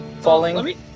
falling